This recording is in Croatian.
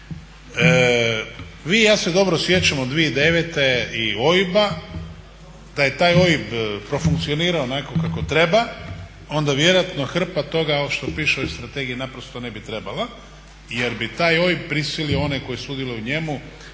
Vi i ja se dobro sjećamo 2009.i OIB-a, da je taj OIB profunkcionirao onako kako treba onda vjerojatno hrpa toga ovo što piše u ovoj strategiji naprosto ne bi trebala jer bi taj OIB prisilio one koji sudjeluju u njemu